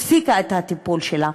הפסיקה את הטיפול שלה,